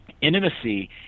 intimacy